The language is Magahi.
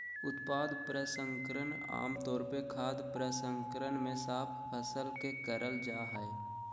उत्पाद प्रसंस्करण आम तौर पर खाद्य प्रसंस्करण मे साफ फसल के करल जा हई